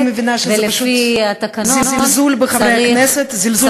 ולפי התקנון צריך